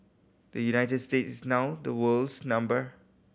the United States is now the world's number